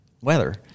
weather